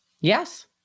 Yes